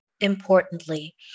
Importantly